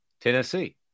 Tennessee